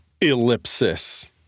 ellipsis